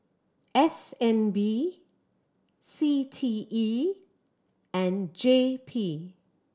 S N B C T E and J P